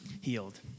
healed